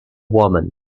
woman